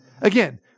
again